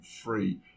free